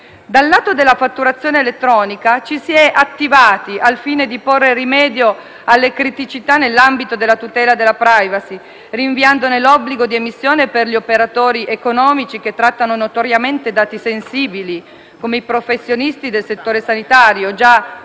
Dal lato della fatturazione elettronica ci si è attivati al fine di porre rimedio alle criticità nell'ambito della tutela della *privacy*, rinviandone l'obbligo di emissione per gli operatori economici che trattano notoriamente dati sensibili, come i professionisti del settore sanitario, già peraltro